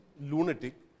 lunatic